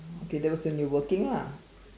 oh okay that was when you were working lah